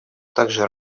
также